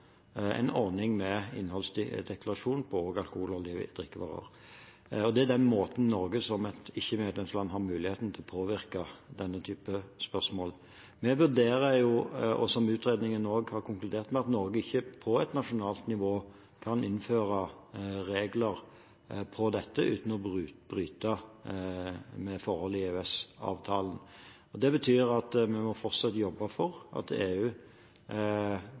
en ordning med innholdsdeklarasjon for alkoholholdige drikkevarer. Det er den måten som Norge, som et ikkemedlemsland, har mulighet til å påvirke denne type spørsmål. Vi vurderer det slik – som også utredningen har konkludert med – at Norge på et nasjonalt nivå ikke kan innføre regler for dette uten å bryte med forhold i EØS-avtalen. Det betyr at vi fortsatt må jobbe for at EU